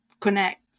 connect